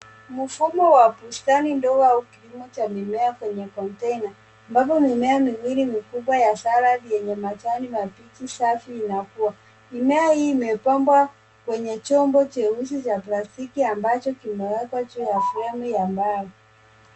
Mfumo wa bustani ndoo au kilimo cha mimea kwenye container , ambapo mimea miwili mikubwa ya salad yenye majani mabichi safi inakuwa. Mimea hii imepambwa, kwenye chombo cheusi cha plastiki ambacho kimewekwa juu ya fremu ya mbao.